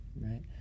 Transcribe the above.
Right